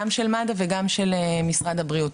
גם של מד"א וגם של משרד הבריאות.